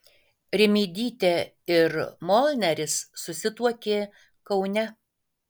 rimydytė ir molneris susituokė kaune